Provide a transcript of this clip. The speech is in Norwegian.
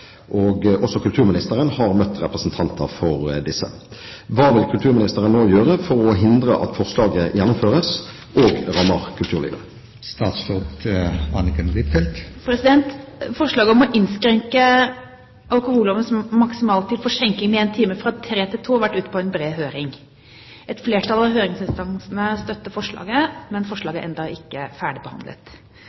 og også kulturministeren har møtt representanter for disse. Hva vil statsråden nå gjøre for å hindre at forslaget gjennomføres og rammer kulturlivet?» Forslaget om å innskrenke alkohollovens maksimaltid for skjenking med én time, fra kl. 03.00 til kl. 02.00, har vært ute på en bred høring. Et flertall av høringsinstansene støtter forslaget, men forslaget er ennå ikke ferdigbehandlet.